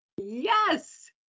Yes